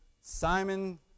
Simon